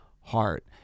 heart